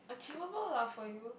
achievable lah for you